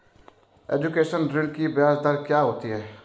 Education ऋृण की ब्याज दर क्या होती हैं?